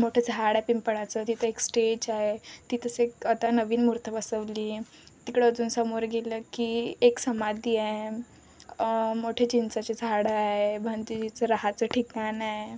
मोठं झाड आहे पिंपळाचं तिथं एक स्टेज आहे तिथंच एक आता नवीन मूर्ती बसवली तिकडं अजून समोर गेलं की एक समाधी आहे मोठे चिंचेचे झाडं आहे भंतिजीचं राहायचं ठिकाण आहे